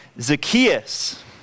Zacchaeus